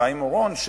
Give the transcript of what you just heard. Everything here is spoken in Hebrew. חיים אורון,